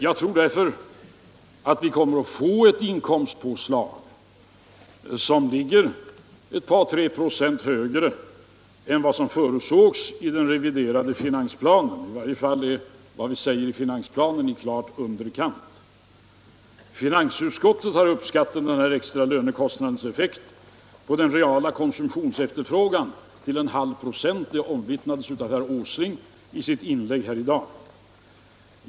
Jag tror därför att vi kommer att få ett inkomstpåslag som ligger ett par tre procent högre än vad som förutsågs i den reviderade finansplanen. I varje fall är vad vi säger i finansplanen klart i underkant. Finansutskottet har uppskattat den här extra lönekostnadseffekten på den reella konsumtionsefterfrågan till 0,5 96. Det omvittnades av herr Åsling i hans inlägg här i dag.